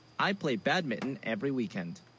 i play, badminton every weekend